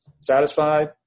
satisfied